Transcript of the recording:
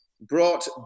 brought